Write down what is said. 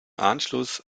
anschluss